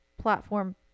platform